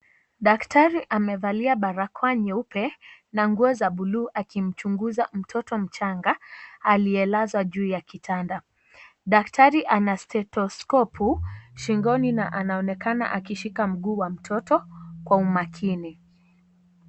Daktari amevalia barakoa nyeupe na nguo za bulu akimchunguza mtoto mchanga aliyelazwa juu ya kitanda, daktari ana stethoscope shingoni na anaonekana akishika mguu wa mtoto kwa umakini.